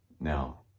Now